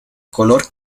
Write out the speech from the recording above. color